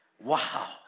wow